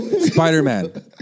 Spider-Man